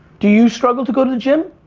do you struggle to go to the gym?